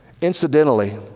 Incidentally